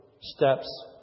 steps